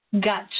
got